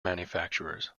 manufacturers